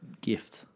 gift